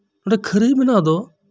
ᱚᱸᱰᱮ ᱠᱷᱟᱹᱨᱟᱹᱭ ᱵᱮᱱᱟᱣ ᱫᱚ